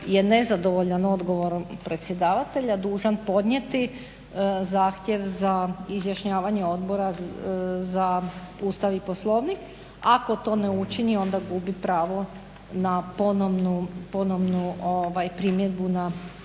je nezadovoljan odgovorom predsjedavatelja dužan podnijeti zahtjev za izjašnjavanje odbora za Ustav i Poslovnik, ako to ne učini gubi pravo na ponovnu primjedbu na